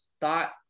thought